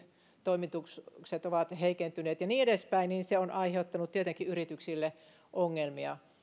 toimitukset ovat heikentyneet ja niin edespäin se on aiheuttanut tietenkin yrityksille ongelmia